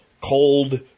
cold